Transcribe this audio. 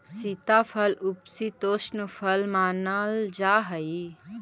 सीताफल उपशीतोष्ण फल मानल जा हाई